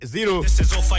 Zero